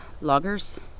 loggers